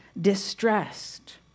distressed